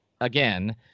again